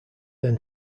then